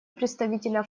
представителя